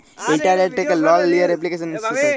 ইলটারলেট্ থ্যাকে লল লিয়ার এপলিকেশল হ্যয়